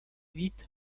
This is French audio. vite